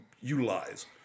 utilize